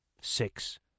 Six